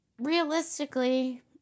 realistically